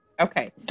Okay